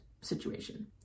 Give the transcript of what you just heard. situation